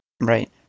Right